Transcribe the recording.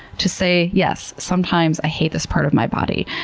to say, yes, sometimes i hate this part of my body,